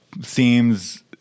seems